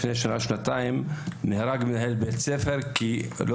לפני שנה-שנתיים נהרג מנהל בית ספר כי הוא